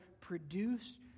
produce